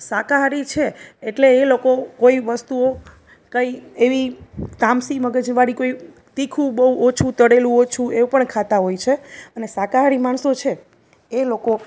શાકાહારી છે એટલે એ લોકો કોઈ વસ્તુઓ કંઈ એવી તામસી મગજવાળી કોઈ તીખું બહું ઓછું તળેલું ઓછું એવું પણ ખાતા હોય છે અને શાકાહારી માણસો છે એ લોકો